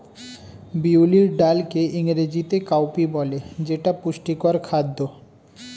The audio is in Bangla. বিউলির ডালকে ইংরেজিতে কাউপি বলে যেটা পুষ্টিকর খাদ্য